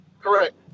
Correct